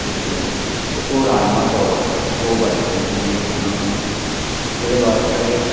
district दे ते ओह् राजमां चौल ओह् बड़े पसंद न मिगी ओह् खन्ना होन्ना में ते एह्दे वास्तै के